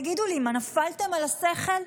תגידו לי, מה, נפלתם על השכל?